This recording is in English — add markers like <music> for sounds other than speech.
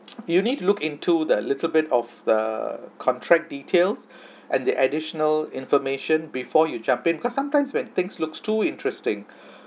you need to look into that little bit of the contract details <breath> and the additional information before you jump in because sometimes when things looks too interesting